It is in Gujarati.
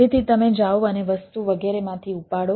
તેથી તમે જાઓ અને વસ્તુ વગેરેમાંથી ઉપાડો